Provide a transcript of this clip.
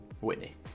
Whitney